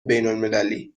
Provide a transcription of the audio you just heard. بینالمللی